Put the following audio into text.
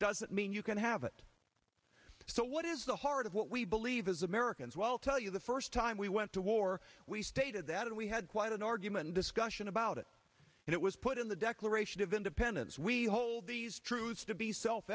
doesn't mean you can have it so what is the heart of what we believe as americans well tell you the first time we went to war we stated that and we had quite an argument discussion about it and it was put in the declaration of independence we hold these truths to be self